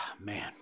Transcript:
Man